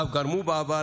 ואף גרמו בעבר,